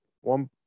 one